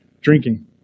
drinking